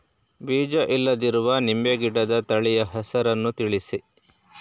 ಬೀಜ ಇಲ್ಲದಿರುವ ನಿಂಬೆ ಗಿಡದ ತಳಿಯ ಹೆಸರನ್ನು ತಿಳಿಸಿ?